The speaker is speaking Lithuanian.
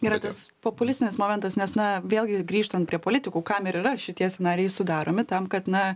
yra tas populistinis momentas nes na vėlgi grįžtant prie politikų kam ir yra šitie scenarijai sudaromi tam kad na